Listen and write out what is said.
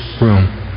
room